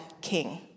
king